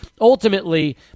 ultimately